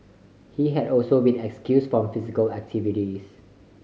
he had also been excused from physical activities